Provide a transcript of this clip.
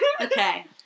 Okay